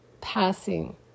passing